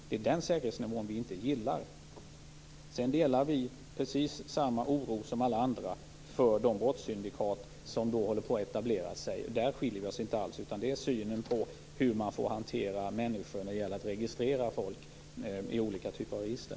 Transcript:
Det är den säkerhetsnivån vi inte gillar. Vi delar den oro som alla andra här hyser för de brottssyndikat som håller på att etablera sig. Där skiljer vi oss inte åt. Däremot skiljer vi oss i fråga om synen på hur man får registrera människor i olika typer av register.